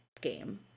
game